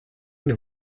энэ